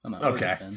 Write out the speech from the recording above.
Okay